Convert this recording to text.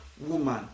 woman